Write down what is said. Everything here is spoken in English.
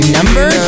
Number